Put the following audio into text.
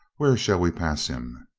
where shall we pass him?